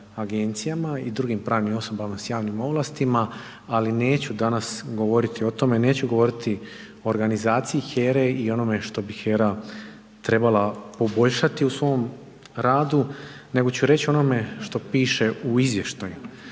agencijama i drugim pravnim osobama sa javnim ovlastima, ali neću danas govoriti o tome, neću govoriti o organizaciji HERA-e i onome što bi HERA trebala poboljšati u svom radu, nego ću reći o onome što piše u izvještaju.